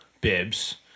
bibs